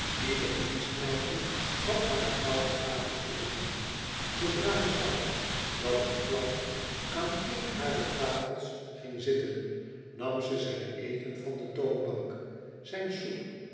ieder dienstmeisje had haar bepaalde tafels te bedienen zoodra ze zag dat een klant aan eon harer tafels ging zitten nam ze zijn eten van de toonbank zijn soep